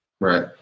Right